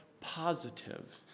positive